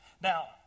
Now